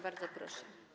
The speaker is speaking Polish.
Bardzo proszę.